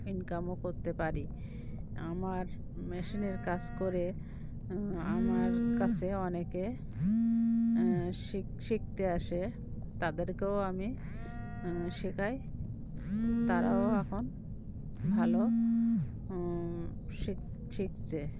ইনকামও করতে পারি আমার মেশিনের কাজ করে আমার কাছে অনেকে শিখ শিখতে আসে তাদেরকেও আমি শেখাই তারাও এখন ভালো শিখ শিখছে